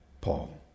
Paul